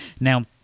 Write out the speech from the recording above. Now